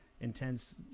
intense